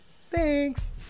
Thanks